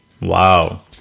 Wow